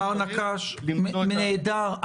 מר נקש, נהדר.